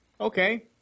Okay